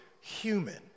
human